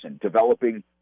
developing